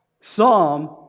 psalm